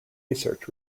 research